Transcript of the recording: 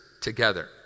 Together